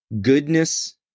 goodness